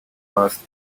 must